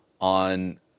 on